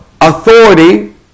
authority